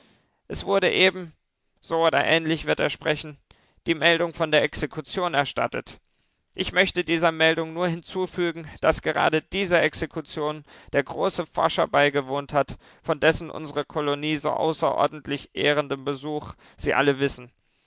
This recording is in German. es wurde eben so oder ähnlich wird er sprechen die meldung von der exekution erstattet ich möchte dieser meldung nur hinzufügen daß gerade dieser exekution der große forscher beigewohnt hat von dessen unsere kolonie so außerordentlich ehrenden besuch sie alle wissen